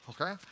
okay